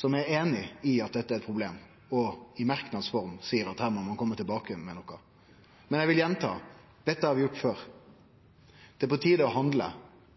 må ein kome tilbake igjen med noko. Men eg vil gjenta: Dette har vi gjort før; det er på tide å handle.